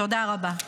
תודה רבה.